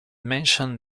mention